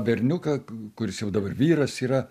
berniuką kuris jau dabar vyras yra